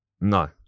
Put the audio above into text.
no